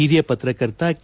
ಹಿರಿಯ ಪತ್ರಕರ್ತ ಕೆ